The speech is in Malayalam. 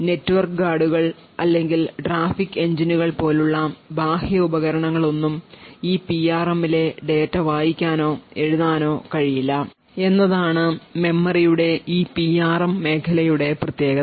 നെറ്റ്വർക്ക് ഗാർഡുകൾ അല്ലെങ്കിൽ ഗ്രാഫിക് എഞ്ചിനുകൾ പോലുള്ള ബാഹ്യ ഉപകരണങ്ങളൊന്നും ഈ പിആർഎമ്മിലെ ഡാറ്റ വായിക്കാനോ എഴുതാനോ കഴിയില്ല എന്നതാണ് മെമ്മറിയുടെ ഈ പിആർഎം മേഖലയുടെ പ്രത്യേകത